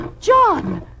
John